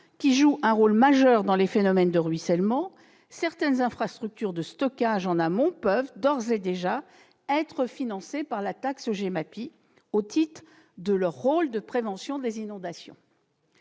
qui jouent un rôle majeur dans les phénomènes de ruissellement, certaines infrastructures de stockage en amont peuvent d'ores et déjà être financées par la taxe GEMAPI, au titre de la prévention des inondations.